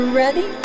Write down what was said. ready